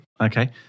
Okay